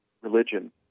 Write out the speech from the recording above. religion